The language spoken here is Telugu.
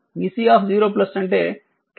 vC0 అంటే కెపాసిటర్ వద్ద వోల్టేజ్